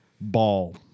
ball